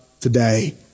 today